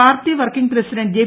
party working president J